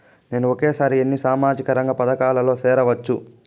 నేను ఒకేసారి ఎన్ని సామాజిక రంగ పథకాలలో సేరవచ్చు?